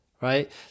right